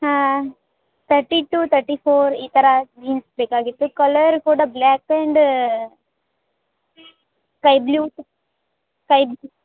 ಹಾಂ thirty two thirty four ಈ ಥರ ಜೀನ್ಸ್ ಬೇಕಾಗಿತ್ತು ಕಲರ್ ಕೂಡ black and sky blue sky blue